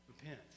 Repent